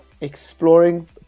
exploring